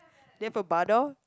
do you have a bar door